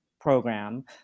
program